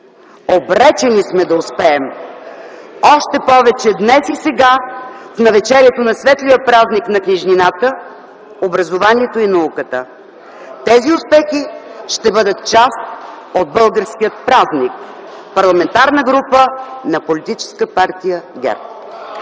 Обречени сме да успеем! Още повече днес и сега, в навечерието на светлия празник на книжнината, образованието и науката. Тези успехи ще бъдат част от българския празник. Парламентарна група на политическа партия ГЕРБ”.